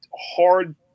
hard